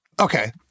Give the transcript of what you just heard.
okay